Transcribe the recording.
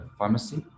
pharmacy